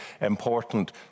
important